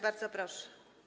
Bardzo proszę.